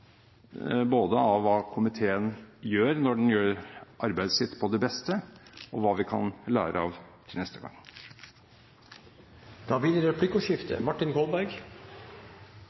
både av hva komiteen gjør når den gjør arbeidet sitt på det beste, og av hva vi kan lære til neste gang. Det blir replikkordskifte.